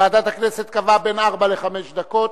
ועדת הכנסת קבעה בין ארבע לחמש דקות,